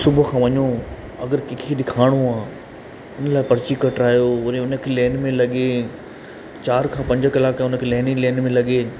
सुबुह खां वञो अगरि कंहिंखे ॾेखारिणो आहे उन लाइ पर्ची कटारायो वरी उनखे लेन में लगे चार खां पंज कलाक उनखे लेन ई लेन में लॻे